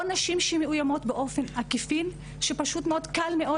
או נשים שמאוימות בעקיפין שפשוט מאוד קל מאוד